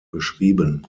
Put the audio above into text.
beschrieben